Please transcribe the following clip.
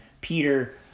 Peter